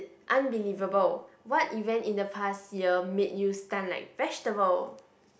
unbelievable what event in the past year make you stun like vegetable